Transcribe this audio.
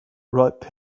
ripe